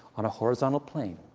on a horizontal plane.